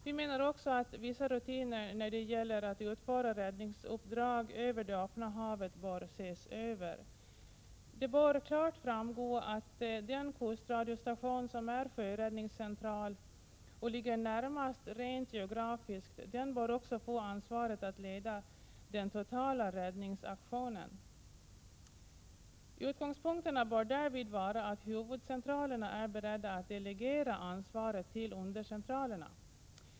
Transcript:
Vi menar också att vissa rutiner när det gäller att utföra räddningsuppdrag över det öppna havet bör ses över. Det bör klart framgå att den kustradiostation som är sjöräddningscentral och ligger närmast rent geografiskt också bör få ansvaret att leda den totala räddningsaktionen. Utgångspunkterna bör därvid vara att huvudcentralerna är beredda att delegera ansvaret till undercentralerna.